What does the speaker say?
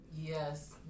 Yes